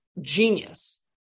genius